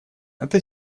это